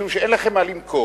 משום שאין לכם מה למכור,